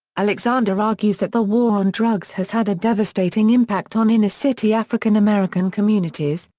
alexander argues that the war on drugs has had a devastating impact on inner city african american communities,